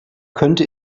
könnte